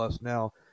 now